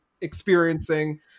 experiencing